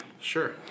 Sure